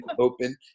open